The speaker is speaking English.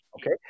okay